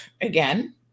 again